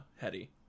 Hetty